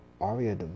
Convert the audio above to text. Aria